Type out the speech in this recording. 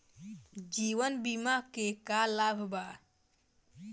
जीवन बीमा के का लाभ बा?